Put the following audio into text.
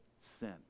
sin